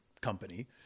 company